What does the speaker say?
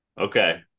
Okay